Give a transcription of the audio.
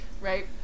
Right